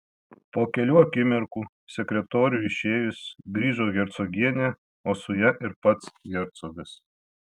po kelių akimirkų sekretoriui išėjus grįžo hercogienė o su ja ir pats hercogas